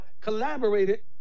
collaborated